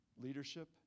leadership